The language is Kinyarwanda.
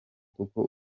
kuko